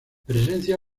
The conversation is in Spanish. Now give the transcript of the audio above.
presencia